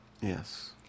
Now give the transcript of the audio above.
Yes